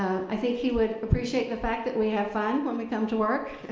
i think he would appreciate the fact that we have fun when we come to work